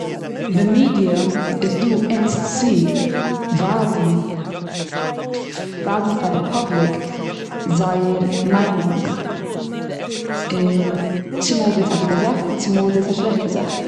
די מידיע איז דא אונז צו ווייזן, ווייזן פאר די פובליק זייער מיינונג. און צומאל איז דאס א גוטע זאך, און צומאל איז דאס א שלעכטע זאך.